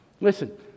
Listen